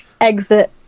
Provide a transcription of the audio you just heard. exit